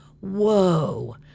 whoa